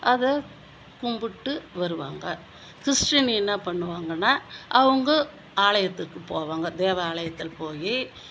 அதை கும்பிட்டு வருவாங்கள் கிறிஸ்டீன் என்ன பண்ணுவாங்கன்னா அவங்க ஆலயத்துக்கு போவாங்க தேவாலயத்தில் போய்